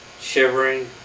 shivering